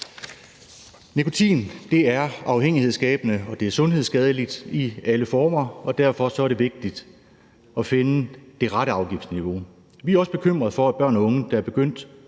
Nikotin er afhængighedsskabende, og det er sundhedsskadeligt i alle former, og derfor er det vigtigt at finde det rette afgiftsniveau. Vi er også bekymrede for, at børn og unge, der er begyndt